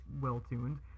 well-tuned